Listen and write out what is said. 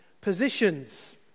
positions